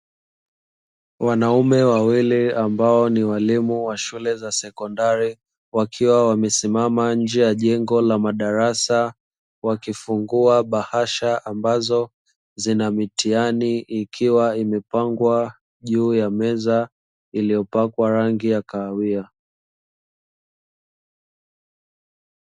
Wanaume wawili ambao ni walimu wa shule za sekondari, wakiwa wamesimama nje ya jengo la madarasa, wakifungua bahasha ambazo zina mitihani, ikiwa imepangwa juu ya meza iliyopakwa rangi ya kahawia.